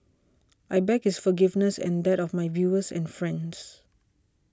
I beg his forgiveness and that of my viewers and friends